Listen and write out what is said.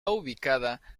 ubicada